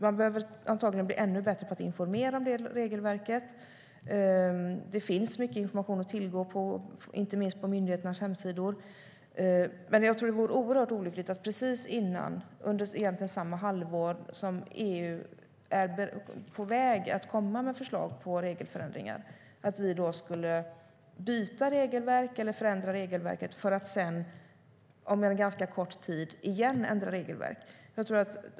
Man behöver antagligen bli ännu bättre på att informera om det. Det finns mycket information att tillgå, inte minst på myndigheternas hemsidor. Det vore oerhört olyckligt om vi precis innan - egentligen under samma halvår - EU är på väg att komma med förslag på regelförändringar skulle byta eller förändra regelverket för att sedan, efter ganska kort tid, åter ändra det.